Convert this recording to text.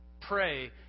pray